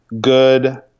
good